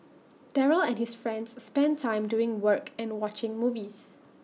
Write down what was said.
Daryl and his friends spent time doing work and watching movies